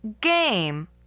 Game